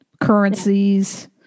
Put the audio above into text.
currencies